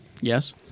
Yes